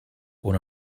una